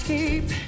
keep